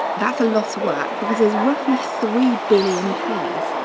that's a lot of work because there's roughly three billion pairs.